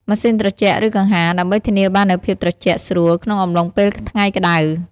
ម៉ាស៊ីនត្រជាក់ ឬកង្ហារ ដើម្បីធានាបាននូវភាពត្រជាក់ស្រួលក្នុងអំឡុងពេលថ្ងៃក្តៅ។